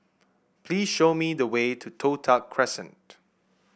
please show me the way to Toh Tuck Crescent